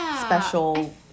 special